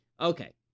Okay